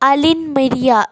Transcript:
Alin Maria